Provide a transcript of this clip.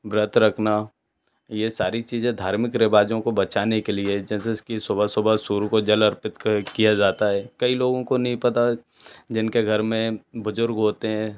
व्रत रखना ये सारी चीज़ें धार्मिक रिवाजों को बचाने के लिये है जैसे कि सुबह सुबह सूर्य को जल अर्पित किया जाता है कई लोगों को नई पता जिनके घर में बुजुर्ग होते हैं